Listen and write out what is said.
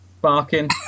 Barking